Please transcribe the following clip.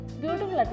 beautiful